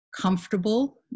comfortable